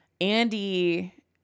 Andy